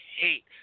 hate